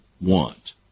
want